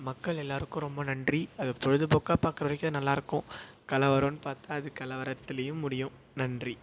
மக்கள் எல்லாருக்கும் ரொம்ப நன்றி அதை பொழுதுபோக்காக பார்க்குறவரைக்கும் அது நல்லா இருக்கும் கலவரம்ன்னு பார்த்தா அது கலவரத்துலையும் முடியும் நன்றி